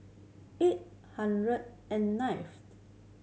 eight hundred and ninth